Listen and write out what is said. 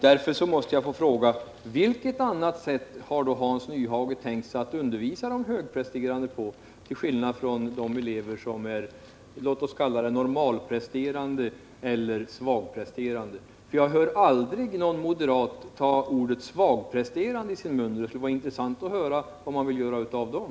Därför måste jag få fråga: Vilket annat sätt har Hans Nyhage tänkt sig att undervisa högpresterande på till skillnad från de elever som är låt oss kalla det normalpresterande eller svagpresterande? Jag hör aldrig någon moderat ta ordet ”svagpresterande” i sin mun. Det skulle vara intressant att höra vad man vill göra för dem.